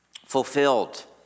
fulfilled